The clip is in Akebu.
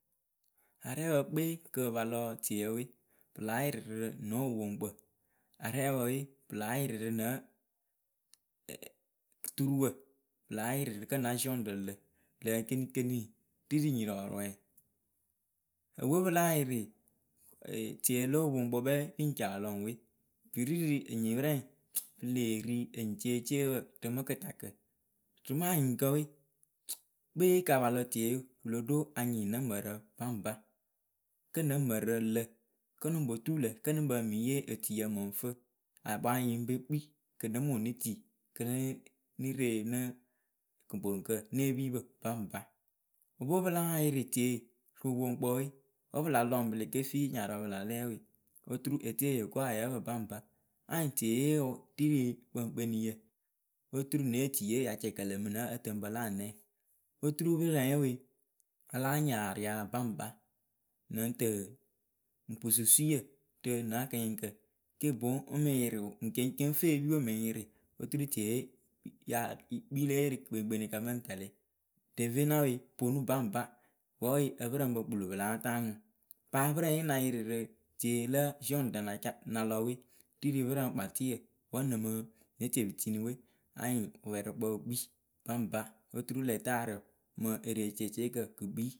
Arɛpǝ kpe kɨ pɨ pa lɔ tieyǝ we pɨ láa yɩrɩ rɨ no wɨpoŋkpǝ arɛɛpǝ we pǝ láa yɩrɩ rɨ nǝ turuwǝ pɨ láa yɩrɩ rɨ kǝ́ na ziɔŋrǝ lǝ lǝǝ kenikeni ri rɨ nyirɔɔrɔɛ epǝ we pɨ láa yɩrɩ tie lo wɨpoŋkpǝ kpɛŋ pɨŋ ci alɔ ŋwɨ we pɨ ri rɨ enyipǝ rɛ pɨ lee ri enyiceeceepǝ rɨ mɨ kɨtakǝ rɨ mɨ anyɩŋkǝ we, kpe ka pa lɔ tie wɨ lo ɖo anyɩŋ nǝ mǝrǝ baŋba kǝ́ nǝ mǝrǝ lǝ kǝ́ nuŋ po tuu lǝ̈ kǝ́ nɨŋ pǝ mɨŋ yee otuyǝ mɨŋ fɨ akpayǝ yɨŋ pe kpii kɨ ŋ nɨ mɨ ŋwɨ nɨ tii kɨ nɨ nɨ ree nɨ kɨkpɨŋkǝ ne epipǝ baŋba o pwe pɨ láa yɩrɩ tie rɨ wɨpoŋkpǝ we wǝ́ pɨ la lɔ ŋwɨ pɨ le ke fii nyarʊ pɨ la lɛ we oturu etie yo ko a yǝ pǝ baŋba anyɩŋ tieye wǝ ri rɨ kpekpeniyǝ otur ne otuye ya cɛkɛlɛ mɨ nǝ ǝtɨŋpǝ la anɛŋ oturu pɨrǝŋye we la láa nyɩŋ aria baŋba nɨŋ tɨɨ ŋ pu susuyǝ rɨ na kɨnyɩŋkǝ ke boŋ ŋ mɨ yɩrɩ o ŋwɨ ceŋceŋ ŋ fɨ epipǝ we mɨ ŋ yɩrɩ oturu tieye ya kpii lée yee rɨ kɨkpekpenikǝ mɨŋ tɛlɩ dopena we ponu baŋba wǝ́ we ǝpɨrǝŋpǝ kpɨlo pɨ láa taa ŋwɨ paa pɨrǝŋye na yɩrɩ rɨ tie la ziɔŋrǝ na ca na lɔ we ri rɨ pɨrǝkpatɩyǝ wǝ́ nɨ mɨ ne tie pɨ tini we anyɩŋ wɨpɛrɩkpǝ wɨ kpii baŋba oturu lɛtaarɨ mɨ erececekǝ kɨ kpii.